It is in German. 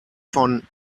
von